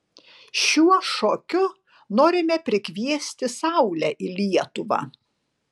šiuo šokiu norime prikviesti saulę į lietuvą